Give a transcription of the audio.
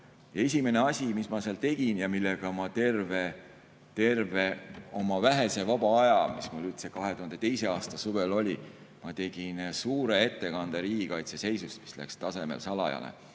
esimene asi, mis ma seal tegin ja millega ma terve oma vähese vaba aja, mis mul üldse 2002. aasta suvel oli, tegelesin, [oli see,] et ma tegin suure ettekande riigikaitse seisust, mis läks tasemel "salajane".